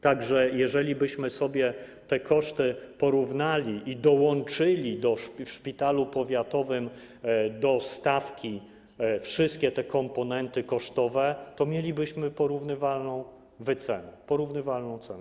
Tak że jeżelibyśmy sobie te koszty porównali i dołączyli w szpitalu powiatowym do stawki wszystkie te komponenty kosztowe, to mielibyśmy porównywalną wycenę, porównywalną cenę.